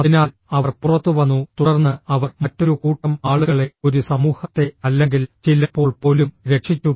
അതിനാൽ അവർ പുറത്തുവന്നു തുടർന്ന് അവർ മറ്റൊരു കൂട്ടം ആളുകളെ ഒരു സമൂഹത്തെ അല്ലെങ്കിൽ ചിലപ്പോൾ പോലും രക്ഷിച്ചു